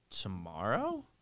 tomorrow